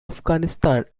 afghanistan